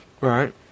Right